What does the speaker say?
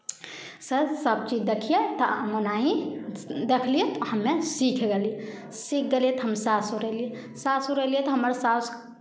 से सभचीज देखियै तऽ ओहना ही देखलियै तऽ हम सीख गेलियै सीख गेलियै तऽ हमे सासुर एलियै सासुर एलियै तऽ हमर सासु